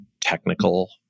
technical